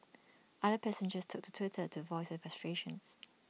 other passengers took to Twitter to voice their frustrations